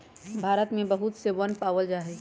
भारत में बहुत से वन पावल जा हई